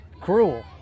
cruel